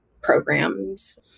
programs